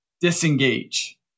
disengage